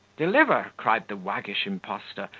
deliver! cried the waggish impostor,